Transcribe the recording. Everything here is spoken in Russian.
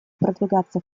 продвигаться